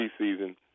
preseason